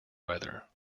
weather